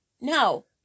no